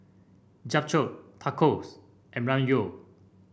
Japchae Tacos and Ramyeon